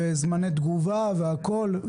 ועייפות וזמני תגובה, הכול.